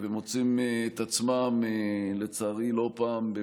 ומוצאים את עצמם לא פעם,